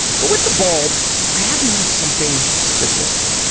but with the bulbs i have noticed something specific.